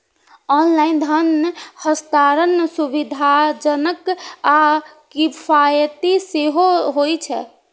online धन हस्तांतरण सुविधाजनक आ किफायती सेहो होइ छै